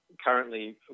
currently